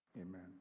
Amen